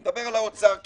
אני מדבר על האוצר כגוף.